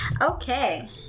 Okay